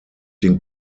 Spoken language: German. den